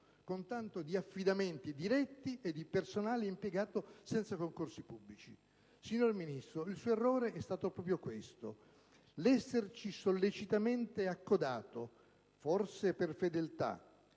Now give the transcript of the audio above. con tanto di affidamenti diretti e di personale impiegato senza concorsi pubblici. Signor Ministro, il suo errore è stato proprio questo: l'essersi sollecitamente accodato - forse per fedeltà,